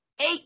eight